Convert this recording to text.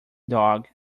dog